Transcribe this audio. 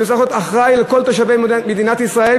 שצריך להיות אחראי לכל תושבי מדינת ישראל,